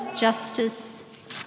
justice